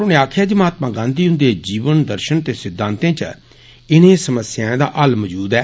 उनें गलाया जे महात्मा गांधी हुन्दे जीवन दर्षन ते सिद्दांते च इनें समस्याएं दा हल मौजूद ऐ